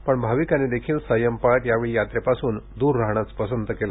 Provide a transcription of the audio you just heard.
पण भाविकांनी देखील संयम पाळत यावेळी यात्रेपासून दूर राहणंच पसंत केलं